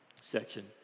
section